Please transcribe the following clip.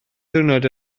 ddiwrnod